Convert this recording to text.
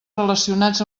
relacionats